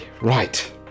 right